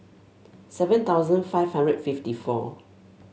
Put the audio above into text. seven thousand five hundred fifty four